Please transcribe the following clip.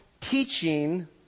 teaching